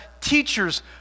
teachers